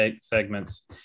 segments